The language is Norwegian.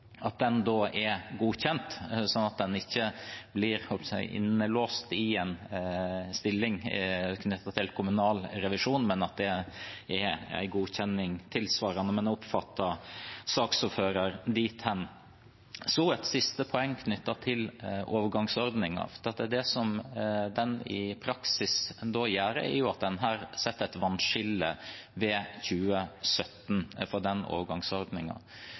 at den er godkjent, slik at en ikke blir – jeg holdt på å si – innelåst i en stilling knyttet til kommunal revisjon, men at det er en tilsvarende godkjenning. Men jeg oppfattet saksordføreren dit hen. Så et siste poeng knyttet til overgangsordningen. Det den i praksis gjør, er jo at den setter et vannskille ved 2017 etter den